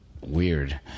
weird